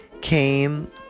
came